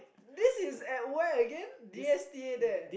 this is at where again D_S_T_A there